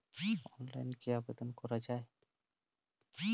অনলাইনে কি আবেদন করা য়ায়?